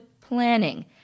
planning